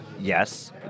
Yes